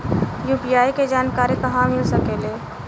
UPI के जानकारी कहवा मिल सकेले?